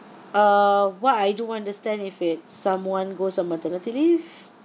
uh what I do understand if it's someone goes on maternity leave